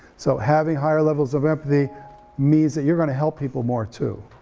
so having higher levels of empathy means that you're gonna help people more, too,